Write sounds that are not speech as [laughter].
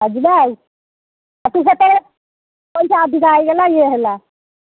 ଆଉ ଯିବା ଆଉ ତୁ ସେତେବେଳେ [unintelligible] ପଇସା ଅଧିକା ହୋଇଗଲା ଇଏ ହେଲା